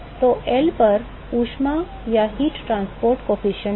तो एल पर ऊष्मा परिवहन गुणांक है